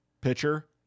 pitcher